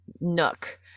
nook